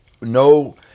no